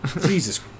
Jesus